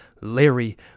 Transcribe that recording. Larry